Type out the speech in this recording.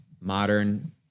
modern